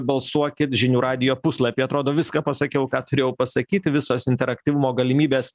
balsuokit žinių radijo puslapy atrodo viską pasakiau ką turėjau pasakyti visos interaktyvumo galimybės